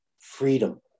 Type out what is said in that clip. freedom